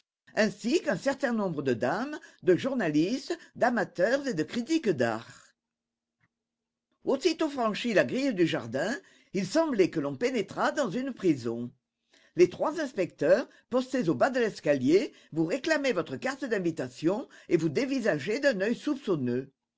ainsi qu'un certain nombre de dames de journalistes d'amateurs et de critiques d'art aussitôt franchie la grille du jardin il semblait que l'on pénétrât dans une prison les trois inspecteurs postés au bas de l'escalier vous réclamaient votre carte d'invitation et vous dévisageaient d'un œil soupçonneux